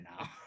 now